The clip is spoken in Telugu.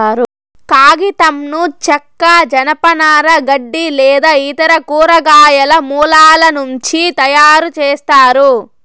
కాగితంను చెక్క, జనపనార, గడ్డి లేదా ఇతర కూరగాయల మూలాల నుంచి తయారుచేస్తారు